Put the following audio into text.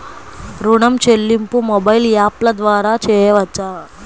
ఋణం చెల్లింపు మొబైల్ యాప్ల ద్వార చేయవచ్చా?